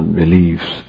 beliefs